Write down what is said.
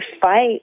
fight